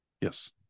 yes